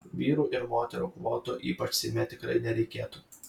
vyrų ir moterų kvotų ypač seime tikrai nereikėtų